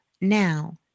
now